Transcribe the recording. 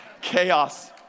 chaos